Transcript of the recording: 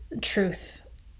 truth